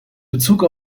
bezug